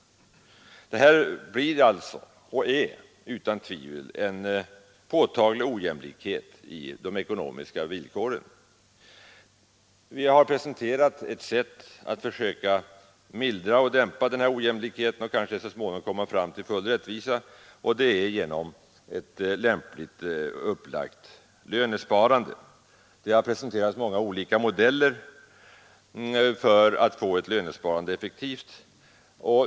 Detta är och blir utan tvivel en påtaglig ojämlikhet i de ekonomiska villkoren. Vi har presenterat ett sätt att försöka mildra och dämpa denna ojämlikhet och kanske så småningom komma fram till full rättvisa, nämligen genom ett lämpligt upplagt lönesparande. Det har presenterats många olika modeller för att få ett lönesparande effektivt.